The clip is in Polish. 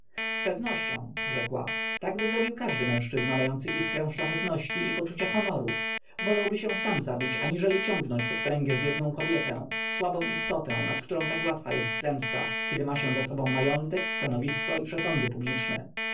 gniewem zpewnością rzekła takby zrobił każdy mężczyzna mający iskrę szlachetności i poczucia honoru wolałby się sam zabić aniżeli ciągnąć pod pręgierz biedną kobietę słabą istotę nad którą tak łatwa jest zemsta kiedy się ma za sobą majątek stanowisko i przesądy publiczne